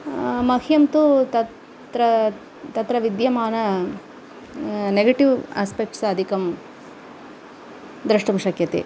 मह्यं तू तत्त्र तत्र विद्यमान नेगेटिव् आस्पेक्ट्स् अधिकं द्रष्टुं शक्यते